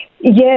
Yes